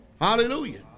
Hallelujah